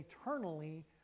eternally